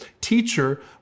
teacher